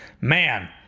man